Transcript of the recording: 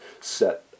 set